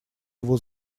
его